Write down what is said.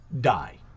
die